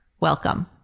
welcome